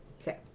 Okay